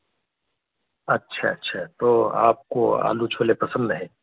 اچھا اچھا تو آپ کو آلو چھولے پسند ہے